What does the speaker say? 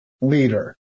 leader